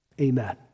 Amen